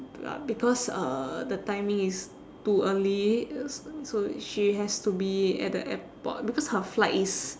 ya because uh the timing is too early uh s~ s~ so she has to be at the airport because her flight is